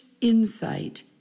insight